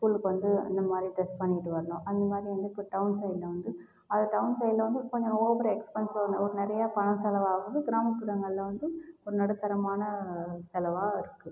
ஸ்கூலுக்கு வந்து இந்த மாரி ட்ரெஸ் பண்ணிவிட்டு வரணும் அந்த மாரி வந்து இப்போ டவுன் சைட்டில் வந்து அது டவுன் சைட்டில் வந்து கொஞ்சம் ஓவர் எக்ஸ்பென்சிவ்வான ஒரு நிறையா பணம் செலவாகுது கிராமப்புறங்களில் வந்து ஒரு நடுத்தரமான செலவாக இருக்கு